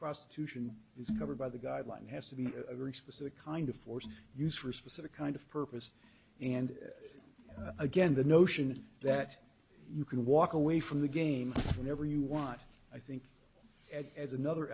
prostitution is covered by the guideline has to be a very specific kind of force used for a specific kind of purpose and again the notion that you can walk away from the game when ever you want i think as another